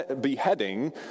beheading